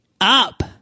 up